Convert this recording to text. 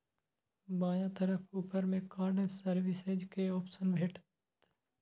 बायां तरफ ऊपर मे कार्ड सर्विसेज के ऑप्शन भेटत